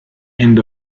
end